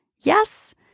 Yes